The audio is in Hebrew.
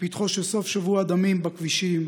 בפתחו של סוף שבוע דמים בכבישים,